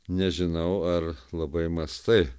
nežinau ar labai mąstai